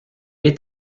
est